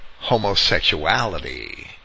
homosexuality